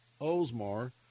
Osmar